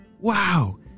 Wow